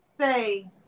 say